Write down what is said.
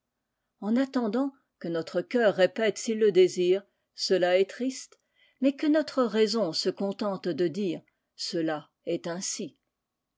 en attendant que notre cœur répète s'il le désire gela est triste mais que noire raison se contente de dire gela est ainsi